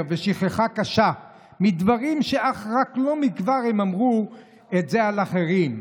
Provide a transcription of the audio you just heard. ושכחה קשה מדברים שאך לא מכבר הם אמרו את זה על אחרים,